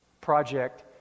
project